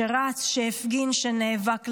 שרץ, שהפגין, שנאבק למענם?